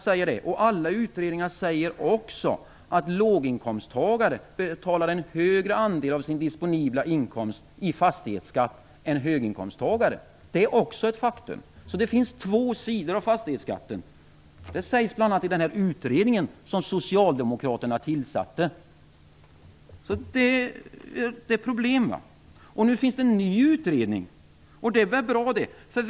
Men alla utredningar säger också att låginkomsttagare betalar en högre andel av sin disponibla inkomst i fastighetsskatt än höginkomsttagare. Det är också ett faktum. Det finns alltså två sidor av fastighetsskatten. Det sägs bl.a. i den utredning som Socialdemokraterna tillsatte. Detta är alltså ett problem. Nu finns det en ny utredning, och det är väl bra.